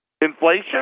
Inflation